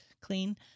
clean